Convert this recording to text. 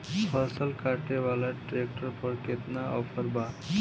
फसल काटे वाला ट्रैक्टर पर केतना ऑफर बा?